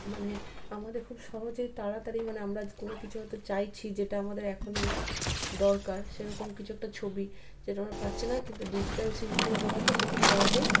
মানে আমাদের খুব সহজে তাড়াতাড়ি মানে আমরা কোনো কিছু হয়তো চাইছি যেটা আমাদের এখনই দরকার সেরকম কিছু একটা ছবি যেটা আমরা পাচ্ছি না কিন্তু ডিজিটাল শিল্প হওয়াতে সেটি সহজেই